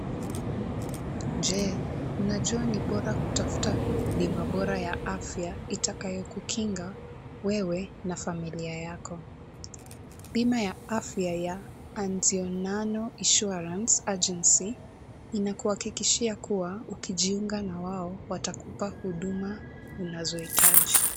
Je, unajua ni bora kutafuta bima bora ya afya itakayokukinga wewe na familia yako? Bima ya afya ya Anzionano Insurance agency inakuakikishia kuwa ukijiunga na wao watakupa huduma unazohitaji.